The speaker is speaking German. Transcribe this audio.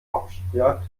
hauptstadt